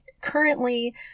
currently